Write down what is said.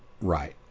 Right